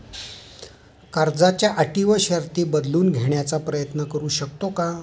कर्जाच्या अटी व शर्ती बदलून घेण्याचा प्रयत्न करू शकतो का?